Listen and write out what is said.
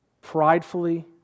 pridefully